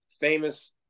famous